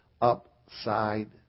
upside